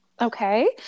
Okay